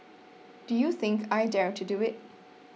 do you think I dare to do it